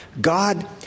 God